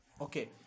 okay